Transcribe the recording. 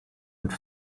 mit